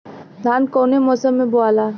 धान कौने मौसम मे बोआला?